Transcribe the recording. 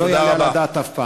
לא יעלה על הדעת אף פעם.